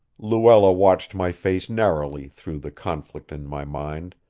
luella watched my face narrowly through the conflict in my mind,